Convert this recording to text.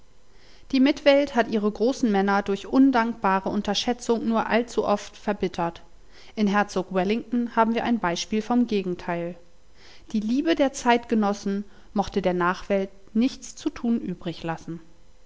die mitwelt hat ihre großen männer durch undankbare unterschätzung nur allzu oft verbittert in herzog wellington haben wir ein beispiel vom gegenteil die liebe der zeitgenossen mochte der nachwelt nichts zu tun übriglassen